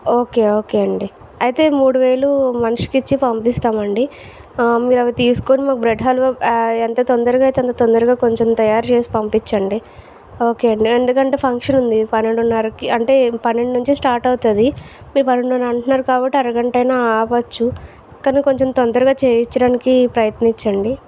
okay okay అండీ అయితే మూడు వేలు మనిషికి ఇచ్చి పంపిస్తామండి మీరు అవి తీసుకొని మాకు బ్రెడ్ హల్వా ఎంత తొందరగా అయితే అంత తొందరగా కొంచం తయారు చేసి పంపించండి ఓకే అండీ ఎందుకంటే ఫంక్షన్ ఉంది పన్నెండున్నరకి అంటే పన్నెండు నుంచే స్టార్ట్ అవుతుంది మీరు పన్నెండున్నర అంటున్నారు కాబట్టి అరగంటైన ఆపచ్చు కానీ కొంచెం తొందరగా చేయించడానికి ప్రయత్నించండి